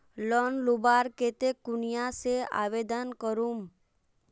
Loan लुबार केते कुनियाँ से आवेदन करूम?